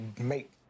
make